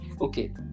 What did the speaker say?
Okay